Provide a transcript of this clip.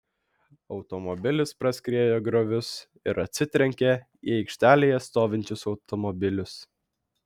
automobilis praskriejo griovius ir atsitrenkė į aikštelėje stovinčius automobilius